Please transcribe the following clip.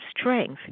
strength